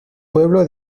pueblo